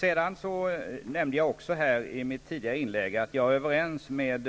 Jag nämnde i mitt tidigare inlägg att jag är överens med